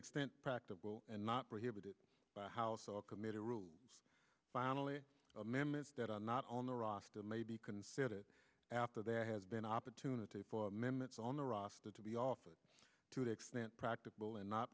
extent practical and not prohibited by house or committed rule finally amendments that are not on the roster may be considered it after there has been opportunity for amendments on the roster to be offered to the extent practicable and not